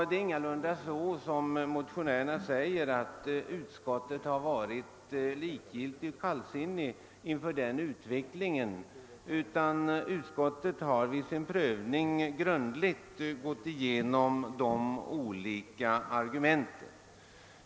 Det är ingalunda så, som motionärerna säger, att utskottet har varit likgiltigt och kallsinnigt inför den utvecklingen, utan utskottet har vid sin prövning grundligt gått igenom de olika argumenten.